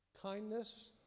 kindness